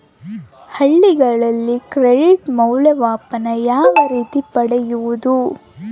ಹಳ್ಳಿಗಳಲ್ಲಿ ಕ್ರೆಡಿಟ್ ಮೌಲ್ಯಮಾಪನ ಯಾವ ರೇತಿ ಪಡೆಯುವುದು?